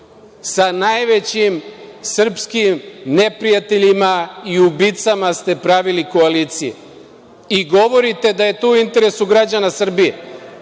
Sa najvećim srpskim neprijateljima i ubicama ste pravili koalicije i govorite da je to u interesu građana Srbije.